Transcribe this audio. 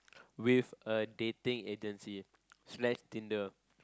with a dating agency slash Tinder